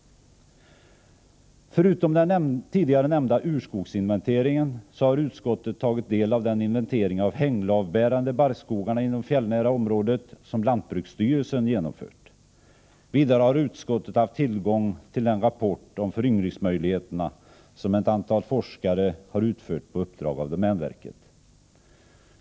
Förutom den tidigare nämnda urskogsinventeringen har utskottet tagit del av den inventering av de hänglavbärande barrskogarna inom det fjällnära området som lantbruksstyrelsen genomfört. Vidare har utskottet haft tillgång till den rapport om föryngringsmöjligheterna som ett antal forskare har utfört på uppdrag av domänverket.